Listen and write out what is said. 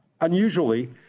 Unusually